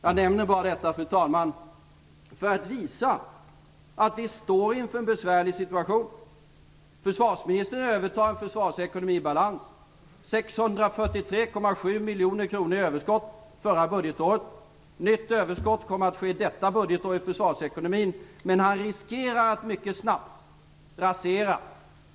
Jag nämner detta, fru talman, för att visa att vi står inför en besvärlig situation. Försvarsministern har övertagit en försvarsekonomi i balans. Förra budgetåret var överskottet 643,7 miljoner kronor. Det kommer att bli ett nytt överskott i försvarsekonomin för detta budgetår. Försvarministern riskerar dock att rasera detta mycket snabbt.